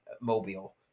mobile